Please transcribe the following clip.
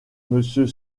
monsieur